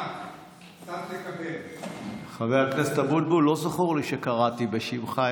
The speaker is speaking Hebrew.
חבר הכנסת אבוטבול, לא זכור לי שקראתי בשמך.